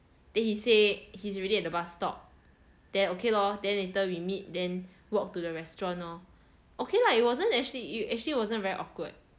then he say he's already at the bus stop then okay lor then later we meet then walk to the restaurant lor okay lah it wasn't actually it actually wasn't very awkward